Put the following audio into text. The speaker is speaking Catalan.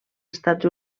estats